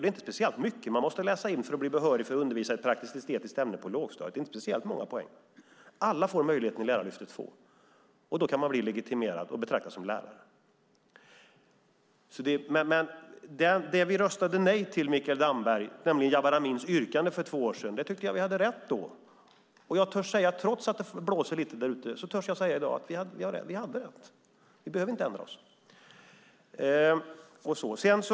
Det är inte speciellt många poäng de måste läsa in för att bli behöriga att undervisa i ett praktisk-estetiskt ämne på lågstadiet. Alla får möjligheten i Lärarlyftet II. Då kan de bli legitimerade och betraktade som lärare. Det vi röstade nej till, Mikael Damberg, är Amins yrkande för två år sedan. Det tyckte jag att vi hade rätt i. Trots att det blåser lite där ute i dag törs jag säga: Vi hade rätt, och vi behöver inte ändra oss.